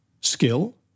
skill